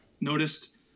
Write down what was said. noticed